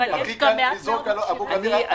אבל גם אבו כביר היו חלק מן העניין.